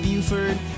Buford